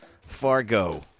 Fargo